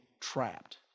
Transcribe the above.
trapped